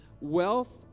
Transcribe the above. Wealth